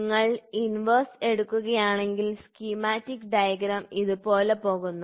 നിങ്ങൾ ഇൻവെർസ് എടുക്കുകയാണെങ്കിൽ schematic diagram ഇതുപോലെ പോകുന്നു